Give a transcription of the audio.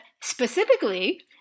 specifically